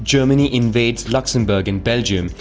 germany invades luxembourg and belgium,